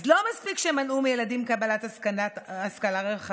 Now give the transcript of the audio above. אז לא מספיק שמנעו מילדים קבלת השכלה רחבה,